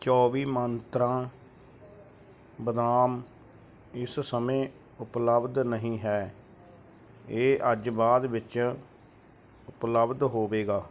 ਚੌਵੀ ਮੰਤਰਾਂ ਬਦਾਮ ਇਸ ਸਮੇਂ ਉਪਲਬਧ ਨਹੀਂ ਹੈ ਇਹ ਅੱਜ ਬਾਅਦ ਵਿੱਚ ਉਪਲਬਧ ਹੋਵੇਗਾ